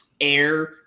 air